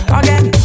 again